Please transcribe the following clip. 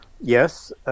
yes